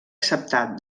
acceptat